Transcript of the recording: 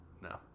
no